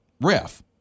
ref